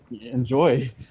enjoy